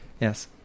Yes